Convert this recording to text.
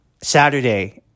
Saturday